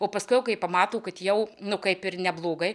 o paskiau kai pamato kad jau nu kaip ir neblogai